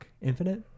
Infinite